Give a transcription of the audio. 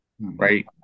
Right